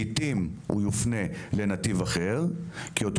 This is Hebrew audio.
לעיתים הוא יופנה לנתיב אחר כי אותו